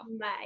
Bye